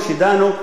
בעתירה,